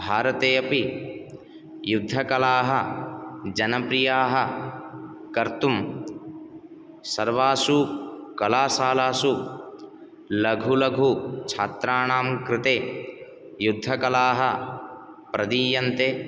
भारते अपि युद्धकलाः जनप्रियाः कर्तुं सर्वासु कलासालासु लघु लघु छात्राणां कृते युद्धकलाः प्रदीयन्ते